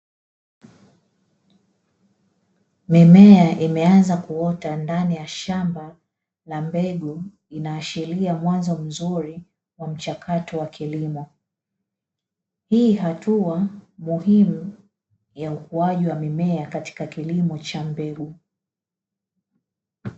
Mimea imeanza kuota ndani ya shamba, na mbegu inaashiria mwanzo mzuri wa mchakato wa kilimo. Hii hatua muhimu ya ukuaji wa mimea katika kilimo cha mbegu.